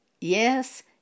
yes